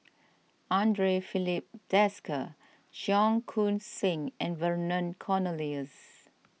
andre Filipe Desker Cheong Koon Seng and Vernon Cornelius